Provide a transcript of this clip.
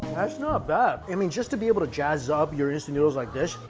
that's not bad i mean just to be able to jazz up your instant noodles like this.